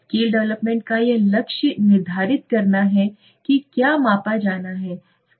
scale development का लक्ष्य यह निर्धारित करना है कि क्या मापा जाना है